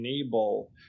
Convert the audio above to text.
enable